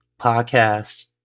podcast